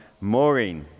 Maureen